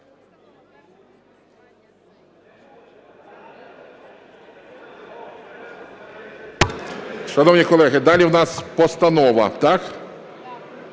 Дякую.